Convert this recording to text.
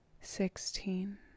sixteen